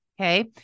Okay